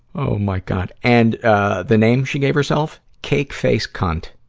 oh my god! and, ah, the name she gave herself? cake face cunt.